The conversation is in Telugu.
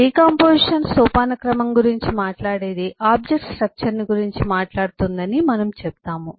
డికాంపొజిషన్ సోపానక్రమం గురించి మాట్లాడేది ఆబ్జెక్ట్ స్ట్రక్చర్ని గురించి మాట్లాడుతుందని మనం చెబుతాము